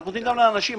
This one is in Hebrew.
אנחנו אומרים גם לאנשים.